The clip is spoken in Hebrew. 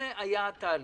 זה היה התהליך.